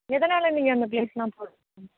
எதனால் நீங்கள் அந்த பிளேஸெலாம் பார்க்கணும்